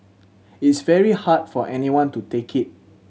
it's very hard for anyone to take it